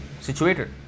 situated